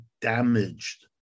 damaged